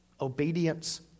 Obedience